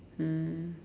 mm